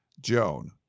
Joan